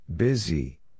Busy